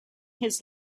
his